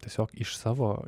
tiesiog iš savo